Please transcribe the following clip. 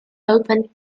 opened